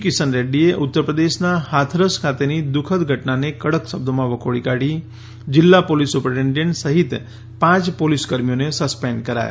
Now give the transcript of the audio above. કિશન રેડૃીએ ઉત્તરપ્રદેશના હાથરસ ખાતેની દુઃખદ ઘટનાને કડક શબ્દોમાં વખોડી કાઢી છે જીલ્લા પોલીસ સુપ્રીટેન્ડેન્ટ સહિત પાંચ પોલીસ કર્મીઓને સસ્પેન્ડ કરાયા